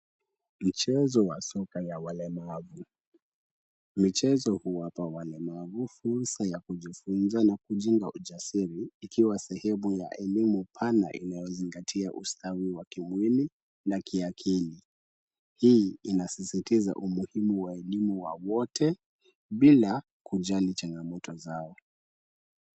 Michezo ya soka ya walemavu. Mchezo huu apa wa walemavu fursa ya kujifunza na kujenga ujasiri, ikiwa sehemu ya elimu pana inayozingatia ustawi wa kimwili na kiakili. Hii inasisitiza umuhimu wa elimu wa wote, bila kujali changamoto zao.